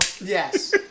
Yes